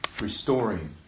restoring